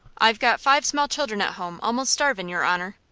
i've got five small children at home almost starvin', your honor.